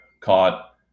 caught